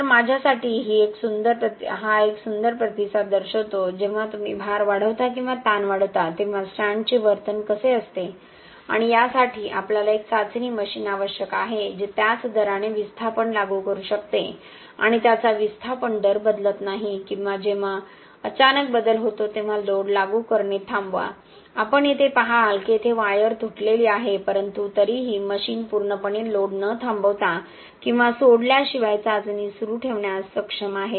तर माझ्यासाठी हा एक सुंदर प्रतिसाद दर्शवितो जेव्हा तुम्ही भार वाढवता किंवा ताण वाढवता तेव्हा स्ट्रँडचे वर्तन कसे असते आणि यासाठी आपल्याला एक चाचणी मशीन आवश्यक आहे जे त्याच दराने विस्थापन लागू करू शकते आणि त्याचा विस्थापन दर बदलत नाही किंवा जेव्हा अचानक बदल होतो तेव्हा लोड लागू करणे थांबवा आपण येथे पहाल की येथे वायर तुटलेली आहे परंतु तरीही मशीन पूर्णपणे लोड न थांबवता किंवा सोडल्याशिवाय चाचणी सुरू ठेवण्यास सक्षम आहे